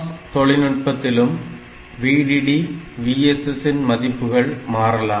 CMOS தொழில்நுட்பத்திலும் VDD VSS இன் மதிப்புகள் மாறலாம்